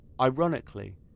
Ironically